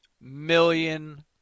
million